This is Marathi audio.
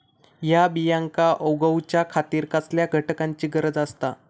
हया बियांक उगौच्या खातिर कसल्या घटकांची गरज आसता?